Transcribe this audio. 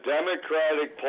Democratic